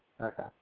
Okay